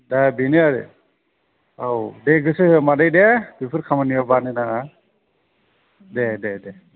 दा बेनो आरो औ दे गोसो हो मादै दे बेफोर खामानियाव बानो नाङा दे दे दे